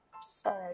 Sorry